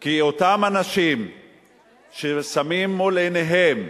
כי אותם אנשים ששמים מול עיניהם,